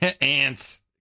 Ants